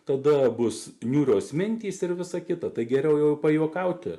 tada bus niūrios mintys ir visa kita tai geriau jau pajuokauti